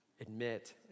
Admit